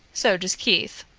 so does keith.